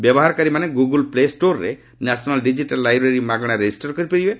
ବ୍ୟବହାରକାରୀମାନେ Google play ଷ୍ଟୋର୍ରେ national digital library ମାଗଣାରେ ରେଜିଷ୍ଟର କରିପାରିବେ